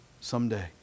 someday